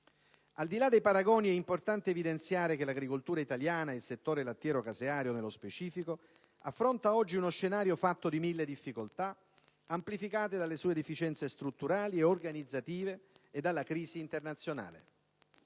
Al di là dei paragoni è importante evidenziare che l'agricoltura italiana e il settore lattiero-caseario, nello specifico, affrontano oggi uno scenario fatto di mille difficoltà amplificate dalle deficienze strutturali e organizzative e dalla crisi internazionale.